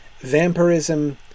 vampirism